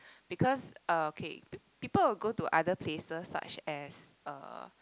because uh okay pe~ people will go to other places such as uh